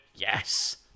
Yes